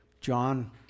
John